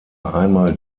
einmal